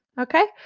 okay